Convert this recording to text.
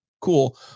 cool